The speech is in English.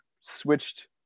switched